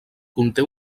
conté